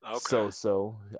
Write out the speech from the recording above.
so-so